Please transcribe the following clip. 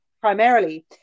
primarily